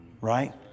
Right